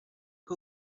que